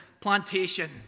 plantation